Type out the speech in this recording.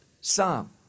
psalm